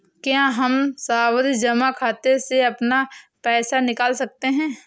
क्या हम सावधि जमा खाते से अपना पैसा निकाल सकते हैं?